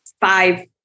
five